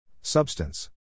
Substance